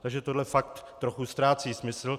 Takže tohle fakt trochu ztrácí smysl.